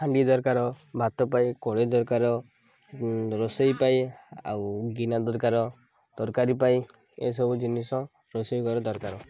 ହାଣ୍ଡି ଦରକାର ଭାତ ପାଇଁ କଡ଼େଇ ଦରକାର ରୋଷେଇ ପାଇଁ ଆଉ ଗିନା ଦରକାର ତରକାରୀ ପାଇଁ ଏସବୁ ଜିନିଷ ରୋଷେଇ ଘର ଦରକାର